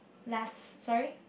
last sorry